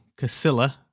Casilla